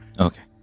Okay